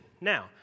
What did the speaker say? Now